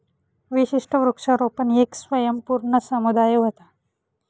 विशिष्ट वृक्षारोपण येक स्वयंपूर्ण समुदाय व्हता